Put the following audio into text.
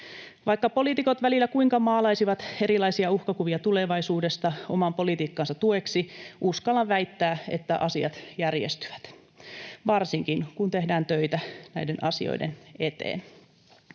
Vaikka poliitikot välillä kuinka maalaisivat erilaisia uhkakuvia tulevaisuudesta oman politiikkansa tueksi, uskallan väittää, että asiat järjestyvät, varsinkin kun tehdään töitä näiden asioiden eteen.